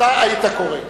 אתה היית קורא.